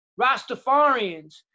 Rastafarians